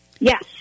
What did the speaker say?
Yes